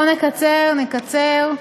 בואו נקצר, נקצר.